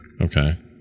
Okay